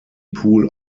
pool